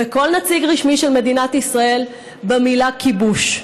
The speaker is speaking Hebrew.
וכל נציג רשמי של מדינת ישראל, במילה "כיבוש".